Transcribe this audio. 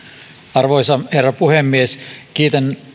arvoisa herra puhemies kiitän